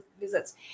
visits